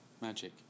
Magic